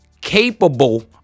capable